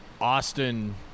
Austin